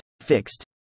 Fixed